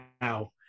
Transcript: now